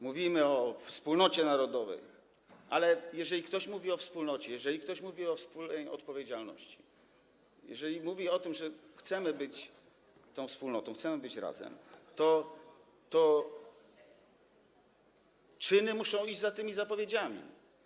Mówimy o wspólnocie narodowej, ale jeżeli ktoś mówi o wspólnocie, jeżeli ktoś mówi o wspólnej odpowiedzialności, jeżeli mówi o tym, że chcemy być wspólnotą, chcemy być razem, to czyny muszą iść za tymi zapowiedziami.